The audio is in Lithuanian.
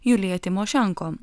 julija timošenko